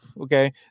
okay